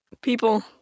people